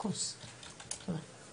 כן.